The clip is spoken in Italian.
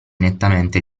nettamente